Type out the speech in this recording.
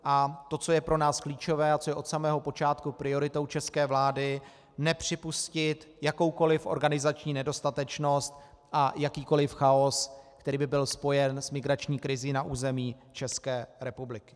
A to, co je pro nás klíčové a co je od samého počátku prioritou české vlády, nepřipustit jakoukoli organizační nedostatečnost a jakýkoli chaos, který by byl spojen s migrační krizí na území České republiky.